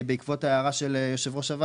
בעקבות הערת היושב ראש,